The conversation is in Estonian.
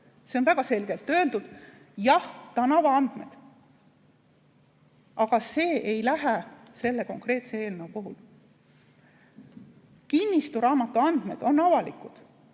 See on väga selgelt öeldud. Jah, need on avaandmed, aga see ei lähe selle konkreetse eelnõu alla. Kinnistusraamatu andmed on avalikud.